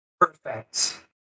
Perfect